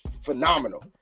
phenomenal